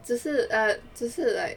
只是 err 只是 like